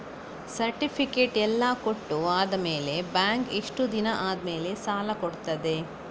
Certificate ಎಲ್ಲಾ ಕೊಟ್ಟು ಆದಮೇಲೆ ಬ್ಯಾಂಕ್ ಎಷ್ಟು ದಿನ ಆದಮೇಲೆ ಸಾಲ ಕೊಡ್ತದೆ?